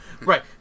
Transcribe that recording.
Right